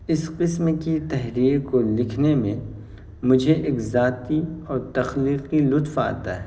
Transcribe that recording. اس قسم کی تحریر کو لکھنے میں مجھے ایک ذاتی اور تخلیقی لطف آتا ہے